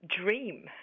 dream